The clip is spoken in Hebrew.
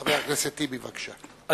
חבר הכנסת טיבי, בבקשה.